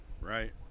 right